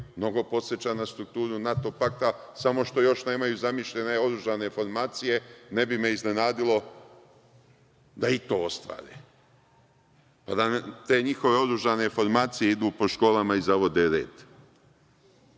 mnogo podseća na strukturu NATO pakta, samo što još nemaju zamišljene oružane formacije. Ne bi me iznenadilo da i to ostvare, pa da te njihove oružane formacije idu po školama i zavode red. Šta